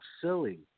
silly